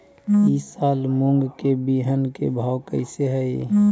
ई साल मूंग के बिहन के भाव कैसे हई?